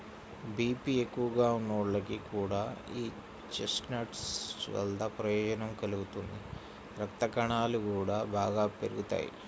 BP ఎక్కువగా ఉన్నోళ్లకి కూడా యీ చెస్ట్నట్స్ వల్ల ప్రయోజనం కలుగుతుంది, రక్తకణాలు గూడా బాగా పెరుగుతియ్యి